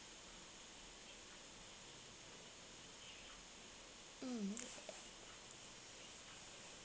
mm